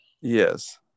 Yes